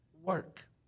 work